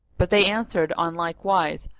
but they answered on like wise,